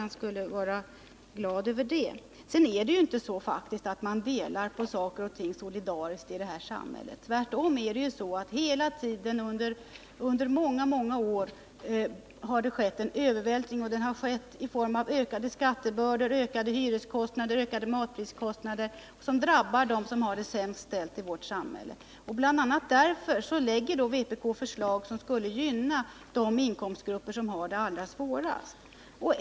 Nu är det faktiskt inte så att vi i detta samhälle solidariskt delar på saker och ting. Tvärtom har det under många år skett en övervältring på dem som har det sämst ställt i vårt samhälle i form av ökade skattebördor, ökade hyreskostnader och höjda matpriser. Bl. a. därför framlägger vpk förslag som skulle gynna de inkomstgrupper som har det allra svårast.